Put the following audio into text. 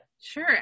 Sure